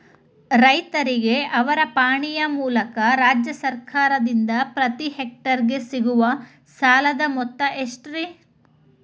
ರೈತರಿಗೆ ಅವರ ಪಾಣಿಯ ಮೂಲಕ ರಾಜ್ಯ ಸರ್ಕಾರದಿಂದ ಪ್ರತಿ ಹೆಕ್ಟರ್ ಗೆ ಸಿಗುವ ಸಾಲದ ಮೊತ್ತ ಎಷ್ಟು ರೇ?